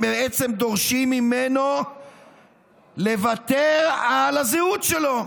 בעצם דורשים ממנו לוותר על הזהות שלו,